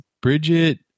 Bridget